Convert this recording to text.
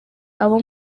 abo